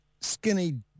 skinny